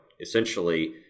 essentially